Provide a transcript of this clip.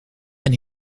een